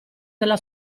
della